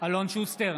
אלון שוסטר,